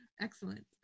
Excellent